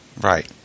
Right